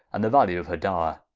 and the valew of her dower,